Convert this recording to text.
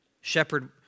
shepherd